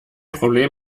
problem